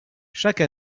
chaque